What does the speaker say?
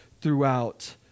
throughout